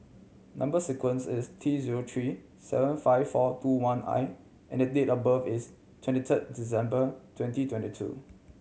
number sequence is T zero three seven five four two one I and date of birth is twenty third December twenty twenty two